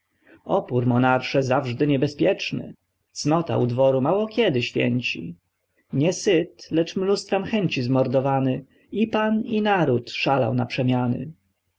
opór monarsze zawżdy niebezpieczny cnota u dworu mało kiedy święci nie syt lecz mnóstwem chęci zmordowany i pan i naród szalał naprzemiany